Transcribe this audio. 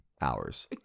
hours